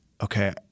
okay